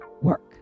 work